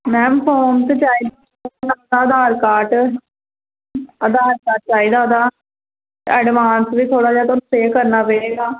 ma'am form ਆਧਾਰ card Aadhaar card ਚਹੀਦਾ advance ਵੀ ਥੋੜਾ ਜਿਹਾ ਪੇ ਕਰਨਾ ਪਏਗਾ